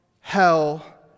hell